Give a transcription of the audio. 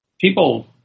People